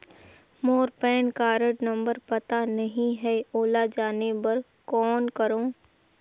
मोर PAN card number पता नहीं है, ओला जाने बर कौन करो?